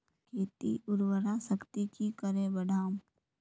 खेतीर उर्वरा शक्ति की करे बढ़ाम?